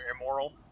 immoral